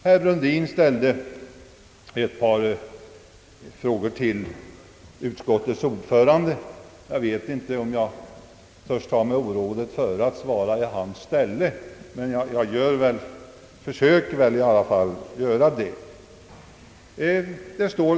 Herr Brundin ställde ett par frågor till utskottets ordförande. Jag vet inte om jag törs ta mig orådet före att svara i hans ställe, men jag vill i varje fall göra ett försök.